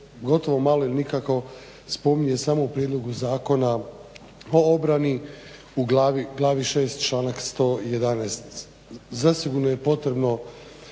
gotovo malo ili nikako spominje samo u prijedlogu Zakona o obrani u glavni 6., članak 111. Zasigurno je potrebno